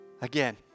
again